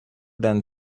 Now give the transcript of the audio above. than